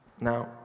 Now